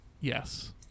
Yes